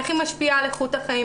איך היא משפיעה על איכות החיים,